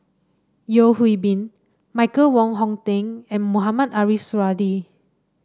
Yeo Hwee Bin Michael Wong Hong Teng and Mohamed Ariff Suradi